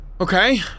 Okay